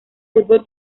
fútbol